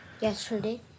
yesterday